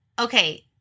okay